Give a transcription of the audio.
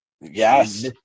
yes